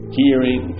hearing